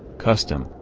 custom,